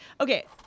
Okay